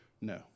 No